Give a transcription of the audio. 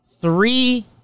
Three